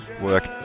work